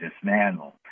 dismantled